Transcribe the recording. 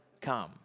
come